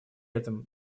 этом